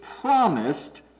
promised